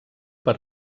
per